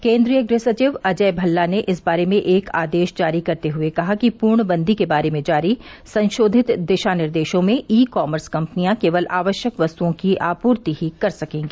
केंद्रीय गृह सचिव अजय भल्ला ने इस बारे में एक आदेश जारी करते हुए कहा कि पूर्णबंदी के बारे में जारी संशोधित दिशा निर्देशों में ई कॉमर्स कंपनियां केवल आवश्यक वस्तुओं की आपूर्ति ही कर सकेंगी